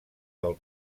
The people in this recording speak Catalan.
del